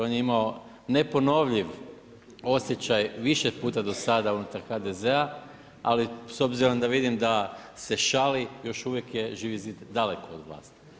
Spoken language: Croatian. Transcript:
On je imao neponovljiv osjećaj više puta do sada unutar HDZ-a, ali s obzirom da vidim da se šali, još uvijek je Živi zid daleko od vlasti.